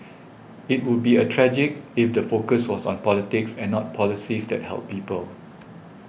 it would be a tragic if the focus was on politics and not policies that help people